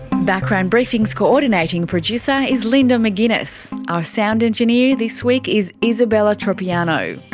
background briefing's co-ordinating producer is linda mcginness, our sound engineer this week is isabella tropiano,